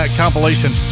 compilation